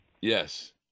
Yes